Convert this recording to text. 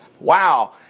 Wow